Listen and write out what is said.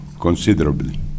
considerably